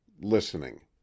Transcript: listening